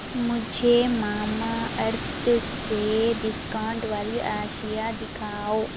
مجھے Mamaearth سے discount والی اشیاء دکھاؤ